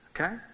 okay